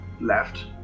left